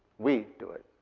we do it.